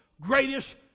greatest